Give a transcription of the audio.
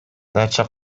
дача